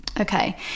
okay